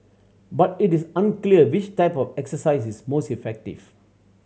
but it is unclear which type of exercise is most effective